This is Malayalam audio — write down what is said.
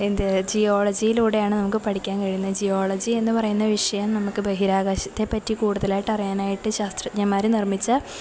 എന്ത് ജിയോളജിയിലൂടെയാണു നമുക്കു പഠിക്കാൻ കഴിയുന്നത് ജിയോളജി എന്നു പറയുന്ന വിഷയം നമുക്കു ബഹിരാകാശത്തെപ്പറ്റി കൂടുതലായിട്ട് അറിയാനായിട്ട് ശാസ്ത്രജ്ഞമാര് നിർമ്മിച്ച